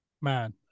Man